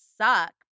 suck